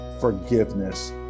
forgiveness